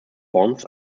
fonds